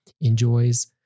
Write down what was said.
enjoys